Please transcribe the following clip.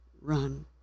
run